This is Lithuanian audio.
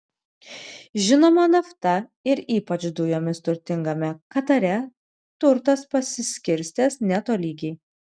žinoma nafta ir ypač dujomis turtingame katare turtas pasiskirstęs netolygiai